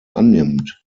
annimmt